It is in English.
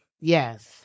Yes